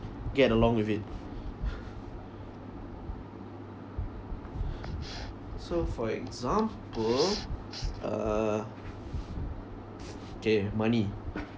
get along with it so for example uh kay money